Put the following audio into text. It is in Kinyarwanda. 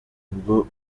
ubwo